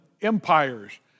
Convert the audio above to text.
empires